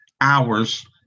hours